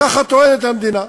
ככה טוענת המדינה,